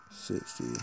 sixty